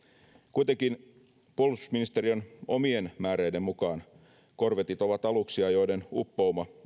kuitenkin puolustusministeriön omien määreiden mukaan korvetit ovat aluksia joiden uppouma